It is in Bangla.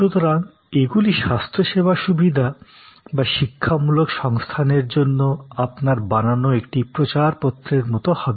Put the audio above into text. সুতরাং এগুলি স্বাস্থ্যসেবা সুবিধা বা শিক্ষামূলক সংস্থানের জন্য আপনার বানানো একটি প্রচারপত্রের মতো হবে